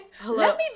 Hello